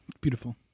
beautiful